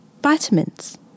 vitamins